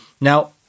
now